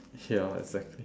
ya exactly